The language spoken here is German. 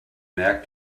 merkt